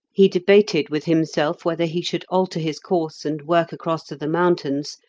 he debated with himself whether he should alter his course and work across to the mountains,